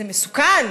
זה מסוכן.